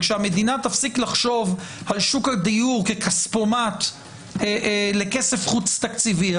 וכשהמדינה תפסיק לחשוב על שוק הדיור ככספומט לכסף חוץ-תקציבי,